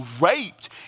raped